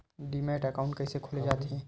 Demat account कइसे खोले जाथे?